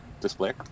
display